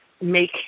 make